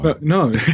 no